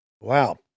Wow